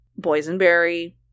boysenberry